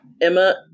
Emma